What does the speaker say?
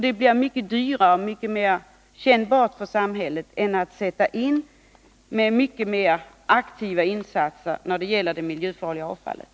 Det blir mycket dyrare och mycket mera kännbart för samhället att vänta med åtgärder i stället för att göra mycket mera aktiva insatser än vad som hittills varit fallet när det gäller det miljöfarliga avfallet.